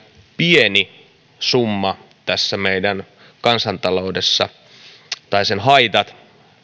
pieni summa tässä meidän kansantaloudessamme